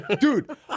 Dude